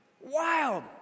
Wild